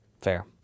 Fair